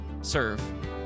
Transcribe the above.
serve